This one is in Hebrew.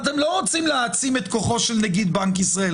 אתם לא רוצים להעצים את כוחו של נגיד בנק ישראל.